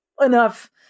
enough